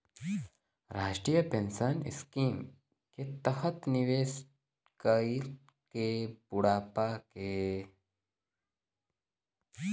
राष्ट्रीय pension scheme के तहत निवेश कइके बुढ़ापा क समय तक अच्छा पैसा जुटावल जा सकल जाला